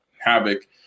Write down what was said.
havoc